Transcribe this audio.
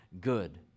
good